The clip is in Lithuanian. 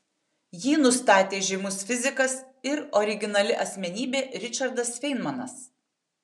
jį nustatė žymus fizikas ir originali asmenybė ričardas feinmanas